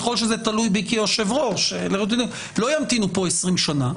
ככל שזה תלוי בי כיושב-ראש לא ימתינו פה 20 שנה.